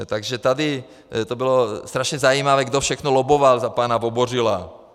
Takže tady to bylo strašně zajímavé, kdo všechno lobboval za pana Vobořila.